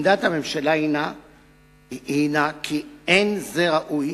עמדת הממשלה היא כי לא ראוי